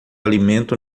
alimento